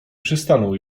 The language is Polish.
przystanął